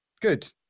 Good